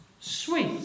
sweet